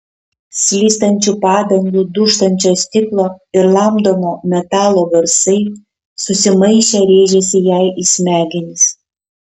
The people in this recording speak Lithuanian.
slystančių padangų dūžtančio stiklo ir lamdomo metalo garsai susimaišę rėžėsi jai į smegenis